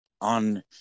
on